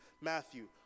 Matthew